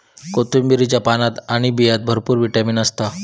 कोथिंबीरीच्या पानात आणि बियांत भरपूर विटामीन असता